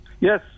Yes